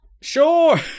Sure